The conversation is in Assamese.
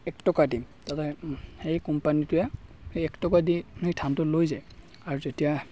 একটকা দিম তাৰপৰা সেই কোম্পানীটোৱে সেই এক টকা দি সেই ধানটো লৈ যায় আৰু যেতিয়া